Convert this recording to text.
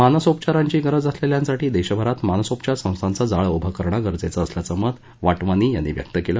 मानसोपचारांची गरज असलेल्यांसाठी देशभरात मानसोपचार संस्थांचे जाळे उभे करणं गरजेचं असल्याचं मत वाटवानी यांनी व्यक्त केलं